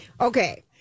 Okay